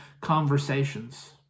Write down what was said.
conversations